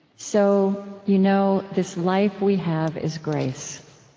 so you know, this life we have is grace.